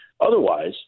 Otherwise